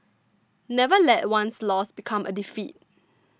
never let one loss become a defeat